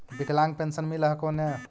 विकलांग पेन्शन मिल हको ने?